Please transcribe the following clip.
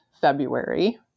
February